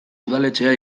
udaletxea